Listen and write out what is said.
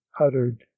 uttered